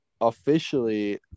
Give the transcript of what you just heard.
officially